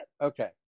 okay